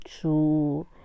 true